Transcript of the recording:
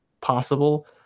possible